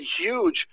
huge